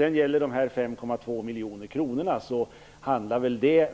De 5,2 miljoner kronorna handlar väl